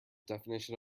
definition